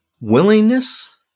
willingness